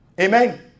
Amen